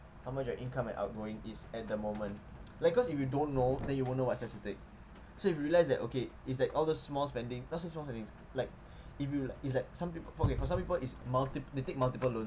how much your income and outgoing is at the moment like because if you don't know then you won't know what steps to take so if you realize that okay it's like all the small spending not say small spending like if you like is like some people okay for some people it's multi~ they take multiple loan